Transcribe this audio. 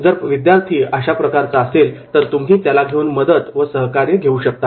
जर विद्यार्थी अशा प्रकारचा असेल तर तुम्ही त्याला घेऊन मदत व सहकार्य घेऊ शकता